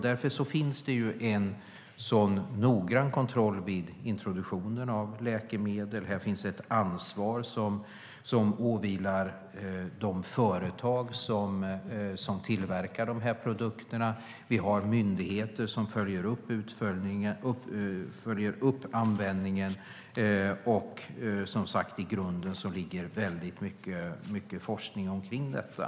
Därför finns det en noggrann kontroll vid introduktionen av läkemedel. Det finns ett ansvar som åvilar de företag som tillverkar dessa produkter. Det finns myndigheter som följer upp användningen. Och, som sagt, i grunden ligger det väldigt mycket forskning bakom detta.